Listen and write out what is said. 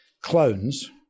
clones